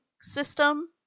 system